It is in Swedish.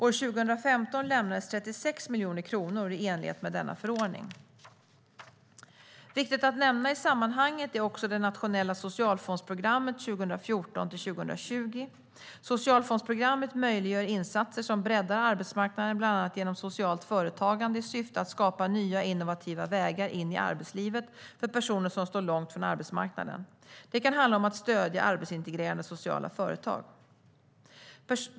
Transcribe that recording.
År 2015 lämnades 36 miljoner kronor i enlighet med denna förordning. Viktigt att nämna i sammanhanget är också det nationella socialfondsprogrammet 2014-2020. Socialfondsprogrammet möjliggör insatser som breddar arbetsmarknaden bland annat genom socialt företagande i syfte att skapa nya innovativa vägar in i arbetslivet för personer som står långt ifrån arbetsmarknaden. Det kan handla om att stödja arbetsintegrerande sociala företag.